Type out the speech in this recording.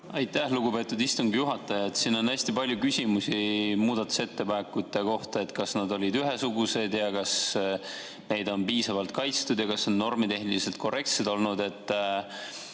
Aitäh, lugupeetud istungi juhataja! Siin on hästi palju küsimusi muudatusettepanekute kohta, et kas need on ühesugused ja kas neid on piisavalt kaitstud ja kas need on normitehniliselt korrektsed.